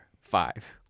five